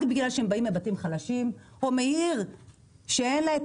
רק בגלל שהם באים מבתים חלשים או מעיר שאין לה את